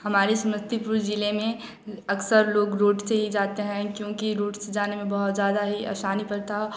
हमारे समस्तीपुर ज़िले में अक्सर लोग रोड से ही जाते हैं क्योंकि रोड से जाने में बहुत ज़्यादा ही आसानी पड़ता